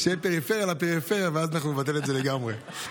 שיהיה פריפריה לפריפריה, ואז נבטל את זה לגמרי.